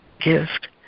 gift